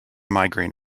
migraine